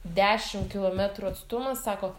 dešim kilometrų atstumas sako